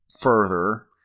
further